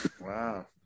Wow